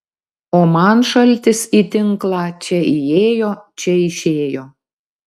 o man šaltis į tinklą čia įėjo čia išėjo